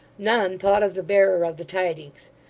none thought of the bearer of the tidings.